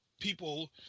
people